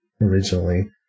originally